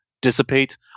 dissipate